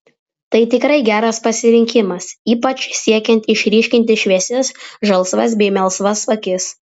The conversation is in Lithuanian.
tai tikrai geras pasirinkimas ypač siekiant išryškinti šviesias žalsvas bei melsvas akis